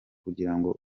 kugirango